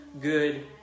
good